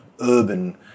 urban